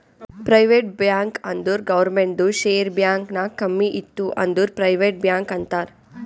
private bank ಅಂದುರ್ ಗೌರ್ಮೆಂಟ್ದು share bank ನಾಗ್ ಕಮ್ಮಿ ಇತ್ತು ಅಂದುರ್ ಪ್ರೈವೇಟ್ ಬ್ಯಾಂಕ್ ಅಂತಾರ್